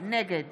נגד